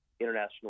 International